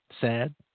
sad